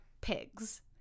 pigs